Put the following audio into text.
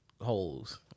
holes